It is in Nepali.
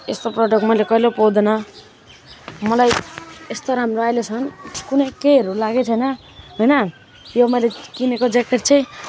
यस्तो प्रडक्ट मैले कहिले पाउँदैन मलाई यस्तो राम्रो अहिलेसम्म कुनै केहीहरू लागेको छैन होइन यो मैले किनेको ज्याकेट चाहिँ